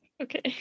Okay